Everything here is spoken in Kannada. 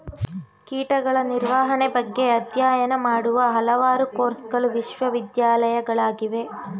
ಕೀಟಗಳ ನಿರ್ವಹಣೆ ಬಗ್ಗೆ ಅಧ್ಯಯನ ಮಾಡುವ ಹಲವಾರು ಕೋರ್ಸಗಳು ವಿಶ್ವವಿದ್ಯಾಲಯಗಳಲ್ಲಿವೆ